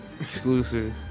Exclusive